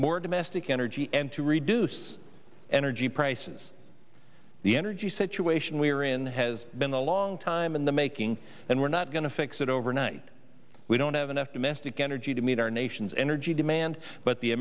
more domestic energy and to reduce energy prices the energy situation we're in has been a long time in the may king and we're not going to fix it overnight we don't have enough domestic energy to meet our nation's energy demand but the